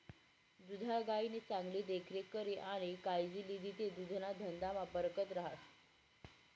दुधाळ गायनी चांगली देखरेख करी आणि कायजी लिदी ते दुधना धंदामा बरकत रहास